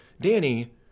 Danny